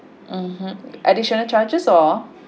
mmhmm additional charges or